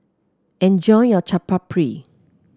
enjoy your Chaat Papri